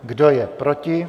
Kdo je proti?